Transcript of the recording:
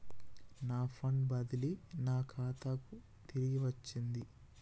నా ఫండ్ బదిలీ నా ఖాతాకు తిరిగచ్చింది